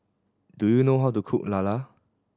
do you know how to cook lala